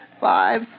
five